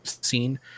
scene